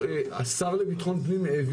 השר לביטחון פנים,